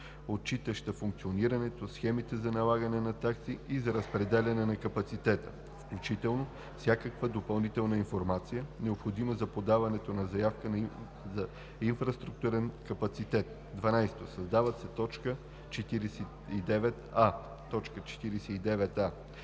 отчитаща функционирането, схемите за налагане на такси и за разпределяне на капацитета, включително всякаква допълнителна информация, необходима за подаването на заявки за инфраструктурен капацитет.“ 12. Създава се т. 49а: